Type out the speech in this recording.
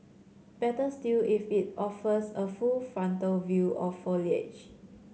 better still if it offers a full frontal view of foliage